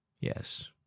Yes